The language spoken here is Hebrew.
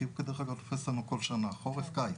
כי הוא דרך אגב --- לנו שנה חורף-קיץ.